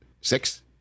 six